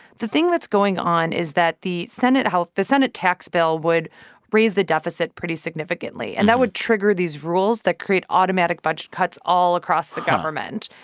the thing that's going on is that the senate health the senate tax bill would raise the deficit pretty significantly. and that would trigger these rules that create automatic budget cuts all across the government.